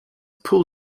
pool